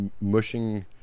mushing